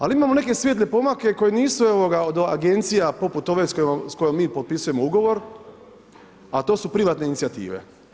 Ali imamo neke svijetle pomake koji nisu od agencija poput ove s kojom mi potpisujemo ugovor, a to su privatne inicijative.